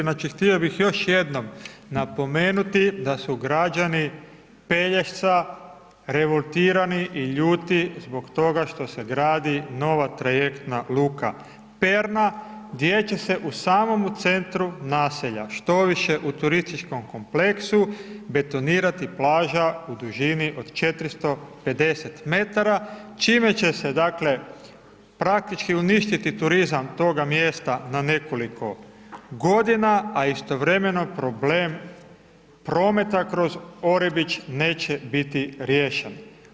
Znači htio bih još jednom napomenuti da su građani Pelješca revoltirani i ljuti zbog toga što se gradi nova trajektna luka Perna gdje će se u samom centru naselja štoviše, u turističkom kompleksu betonirati plaža u dužini od 450 m čime će se dakle praktički uništiti turizam toga mjesta na nekoliko godina a istovremeno problem prometa kroz Orebić neće biti riješen.